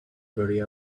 worry